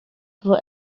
for